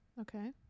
Okay